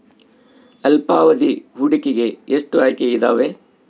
ಅಲ್ಪಾವಧಿ ಹೂಡಿಕೆಗೆ ಎಷ್ಟು ಆಯ್ಕೆ ಇದಾವೇ?